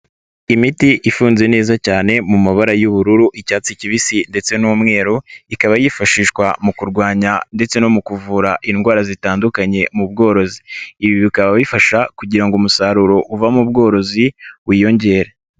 Imiti ifunze neza cyane mu mabara y'ubururu, icyatsi kibisi ndetse n'umweru ikaba yifashishwa mu kurwanya ndetse no mu kuvura indwara zitandukanye mu bworozi. Ibi bikaba bifasha kugira ngo umusaruro uva mu bworozi wiyongere.